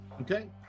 Okay